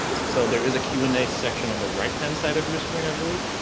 so there is a q and a section on the right hand side of your screen, i believe,